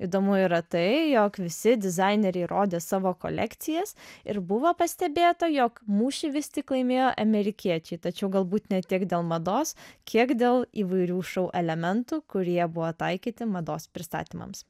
įdomu yra tai jog visi dizaineriai rodė savo kolekcijas ir buvo pastebėta jog mūšį vis tik laimėjo amerikiečiai tačiau galbūt ne tiek dėl mados kiek dėl įvairių šou elementų kurie buvo taikyti mados pristatymams